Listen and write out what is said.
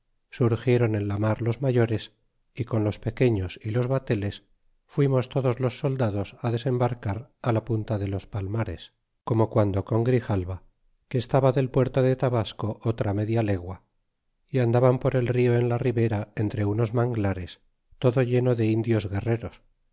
surgieron en la mar los mayores y con los pequeños y los bateles fuimos todos los soldados desembarcar la punta de los palmares como guando con grijalva que estaba del pueblo de tabasco otra media legua y andaban por el rio en la ribera entre unos manglares todo lleno de indios guerreros